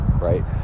right